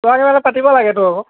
বহাগী মেলা পাতিব লাগেতো আকৌ